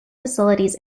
facilities